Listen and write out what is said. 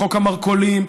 חוק המרכולים,